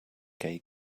gay